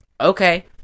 Okay